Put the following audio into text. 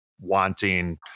wanting